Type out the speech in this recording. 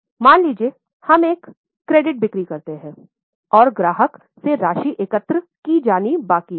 मान लीजिए कि हम एक क्रेडिट बिक्री करते हैं औऱ ग्राहक से राशि एकत्र की जानी बाकी है